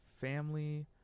family